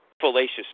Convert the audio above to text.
Fallacious